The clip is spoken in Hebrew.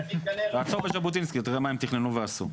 --- תעצור בז'בוטינסקי ותראה מה הם תכננו ועשו,